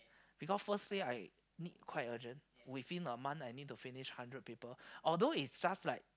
because firstly I need quite urgent within a month I need to finish hundred people although it's just like